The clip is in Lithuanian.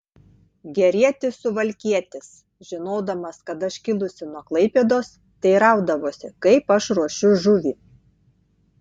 gerietis suvalkietis žinodamas kad aš kilusi nuo klaipėdos teiraudavosi kaip aš ruošiu žuvį